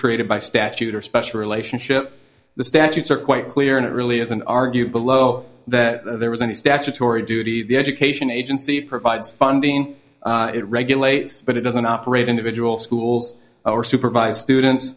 created by statute or special relationship the statutes are quite clear and it really isn't argued below that there was any statutory duty the education agency provides funding it regulates but it doesn't operate individual schools or supervise students